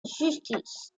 justice